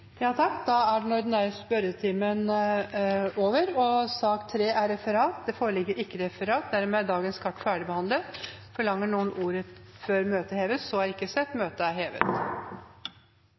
er dermed ferdigbehandlet. Det foreligger ikke noe referat. Dermed er dagens kart ferdigbehandlet. Forlanger noen ordet før møtet heves? – Møtet er hevet.